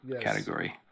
category